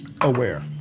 aware